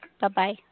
Bye-bye